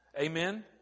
Amen